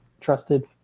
trusted